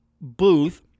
booth